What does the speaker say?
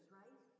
right